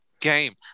game